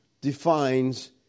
defines